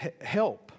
help